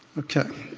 okay.